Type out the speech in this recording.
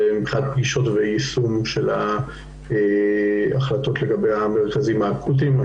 זה לקראת יישום של ההחלטות לגבי המרכזים האקוטיים.